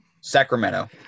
Sacramento